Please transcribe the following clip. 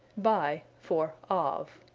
by for of.